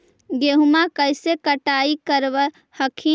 गेहुमा कैसे कटाई करब हखिन?